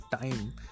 time